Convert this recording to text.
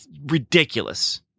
Ridiculous